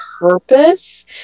Purpose